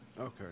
Okay